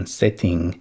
setting